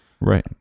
Right